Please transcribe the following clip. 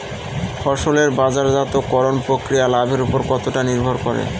ফসলের বাজারজাত করণ প্রক্রিয়া লাভের উপর কতটা নির্ভর করে?